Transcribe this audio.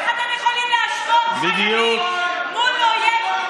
איך אתם יכולים להשוות חיילים מול אויב?